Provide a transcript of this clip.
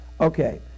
Okay